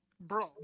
Bro